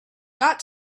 got